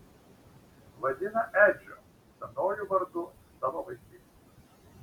vadina edžiu senuoju vardu iš tavo vaikystės